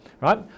right